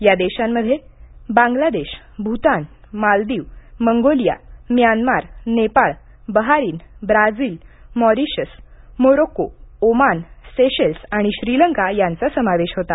या देशांमध्ये Bangladesh Bhutan Maldives Mongolia Myanmar Nepal Bahrain Brazil Mauritius Morocco Oman Seychelles आणि श्रीलंका यांचा समावेश होता